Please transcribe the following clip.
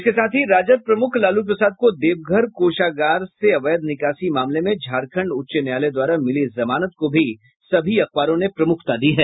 इसके साथ ही राजद प्रमुख लालू प्रसाद को देवघर कोषागार से अवैध निकासी मामले में झारखण्ड उच्च न्यायालय द्वारा मिली जमानत को भी सभी अखबारों ने प्रमुखता दी है